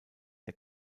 der